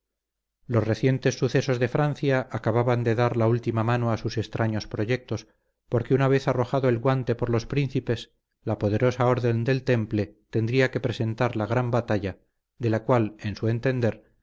los recientes sucesos de francia acababan de dar la última mano a sus extraños proyectos porque una vez arrojado el guante por los príncipes la poderosa orden del temple tendría que presentar la gran batalla de la cual en su entender